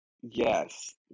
yes